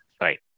Right